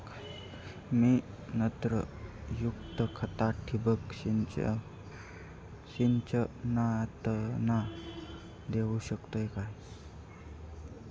मी नत्रयुक्त खता ठिबक सिंचनातना देऊ शकतय काय?